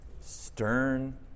stern